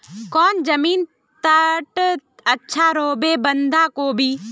कौन जमीन टत अच्छा रोहबे बंधाकोबी?